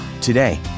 Today